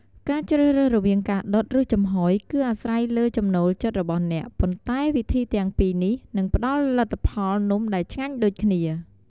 ការជ្រើសរើសរវាងការដុត ឬចំហុយ គឺអាស្រ័យលើចំណូលចិត្តរបស់អ្នក ប៉ុន្តែវិធីទាំងពីរនេះ នឹងផ្ដល់លទ្ធផលនំដែលឆ្ងាញ់ដូចគ្នា។